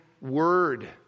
word